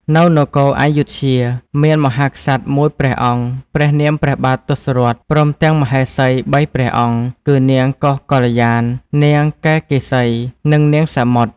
នៅនគរព្ធយុធ្យា មានមហាក្សត្រមួយព្រះអង្គព្រះនាមព្រះបាទទសរថព្រមទាំងមហេសី ៣ព្រះអង្គ គឺនាងកោសកល្យាណ នាងកៃកេសី និងនាងសមុទ្រ។